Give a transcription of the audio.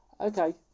okay